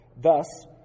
thus